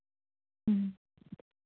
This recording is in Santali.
ᱦᱮᱸ